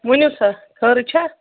ؤنِو سا خٲرٕے چھا